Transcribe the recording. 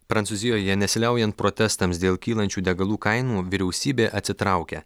prancūzijoje nesiliaujant protestams dėl kylančių degalų kainų vyriausybė atsitraukia